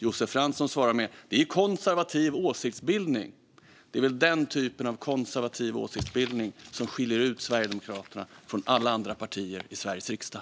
Josef Fransson svarar att det är konservativ åsiktsbildning! Det är väl den typen av konservativ åsiktsbildning som skiljer ut Sverigedemokraterna från alla andra partier i Sveriges riksdag.